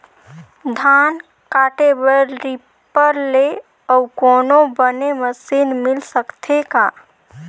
धान काटे बर रीपर ले अउ कोनो बने मशीन मिल सकथे का?